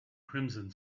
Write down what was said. crimson